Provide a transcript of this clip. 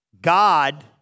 God